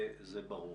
זה ברור.